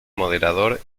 moderador